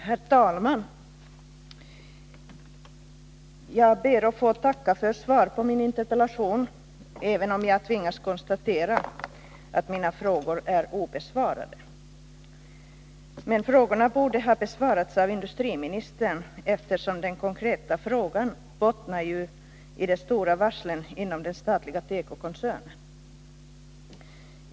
Herr talman! Jag ber att få tacka för svaret på min interpellation, även om jag tvingas konstatera att min fråga är obesvarad. Den borde emellertid ha besvarats av industriministern, eftersom den konkreta frågan gäller de stora varslen inom den statliga tekokoncernen.